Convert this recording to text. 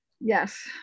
Yes